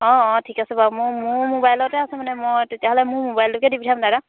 অঁ অঁ ঠিক আছে বাৰু মোৰ মোৰ মোবাইলতে আছে মানে মই তেতিয়াহ'লে মোৰ মোবাইলটোকে দি পঠিয়াম দাদাক